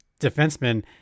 defensemen